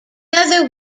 other